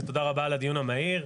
ותודה רבה על הדיון המהיר,